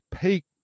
peak